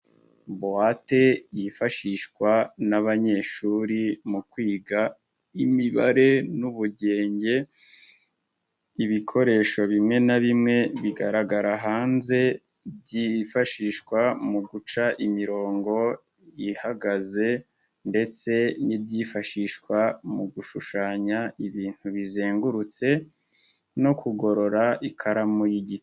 Buwate yifashishwa n'abanyeshuri mu kwiga imibare n'ubugenge, ibikoresho bimwe na bimwe bigaragara hanze byifashishwa mu guca imirongo ihagaze ndetse n'ibyifashishwa mu gushushanya ibintu bizengurutse no kugorora ikaramu y'igiti.